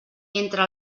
entre